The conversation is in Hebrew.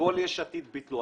עתיד ביטלו.